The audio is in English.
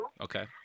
Okay